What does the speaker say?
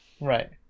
Right